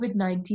COVID-19